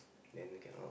then they cannot